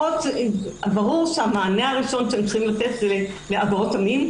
אבל ברור שהמענה הראשון שהם צריכים לתת הוא לעבירות המין,